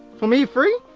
for me free?